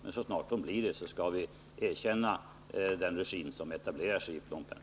Men så snart de blir det skall vi erkänna den regim som etablerar sig i Phnom Penh.